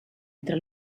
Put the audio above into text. entre